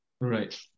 Right